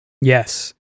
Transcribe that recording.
Yes